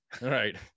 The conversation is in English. right